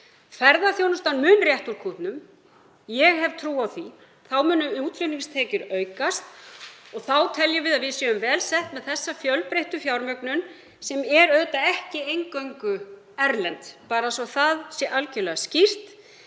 Ferðaþjónustan mun rétta úr kútnum, ég hef trú á því. Þá munu útflutningstekjur aukast og þá teljum við að við séum vel sett með þessa fjölbreyttu fjármögnun sem er auðvitað ekki eingöngu erlend, bara svo það sé algjörlega skýrt.